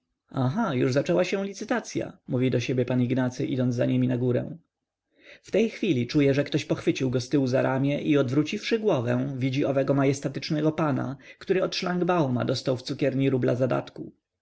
aha już zaczęła się licytacya mówi do siebie pan ignacy idąc za nimi na górę w tej chwili czuje że ktoś pochwycił go ztyłu za ramię i odwróciwszy głowę widzi owego majestatycznego pana który od szlangbauma dostał w cukierni rubla zadatku okazały pan